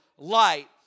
light